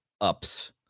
ups